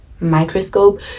microscope